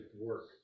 work